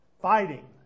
fighting